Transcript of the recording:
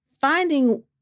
finding